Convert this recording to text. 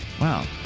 Wow